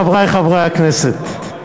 חברי חברי הכנסת,